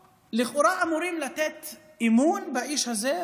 אמורים לתת אמון באיש הזה,